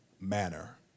manner